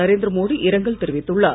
நரேந்திர மோடி இரங்கல் தெரிவித்துள்ளார்